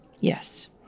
Yes